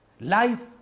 Life